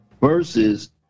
versus